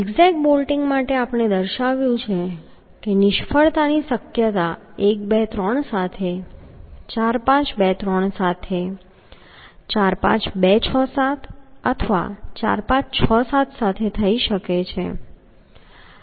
zig zag bolting માટે આપણે દર્શાવ્યું છે કે નિષ્ફળતાની શક્યતા 1 2 3 સાથે 4 5 2 3 સાથે 4 5 2 6 7 અથવા 4 5 6 7 સાથે થઈ શકે છે